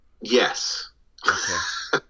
Yes